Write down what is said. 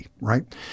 right